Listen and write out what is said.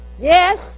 Yes